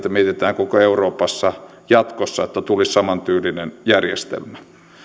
jatkossa mietitään että koko euroopassa tulisi samantyylinen järjestelmä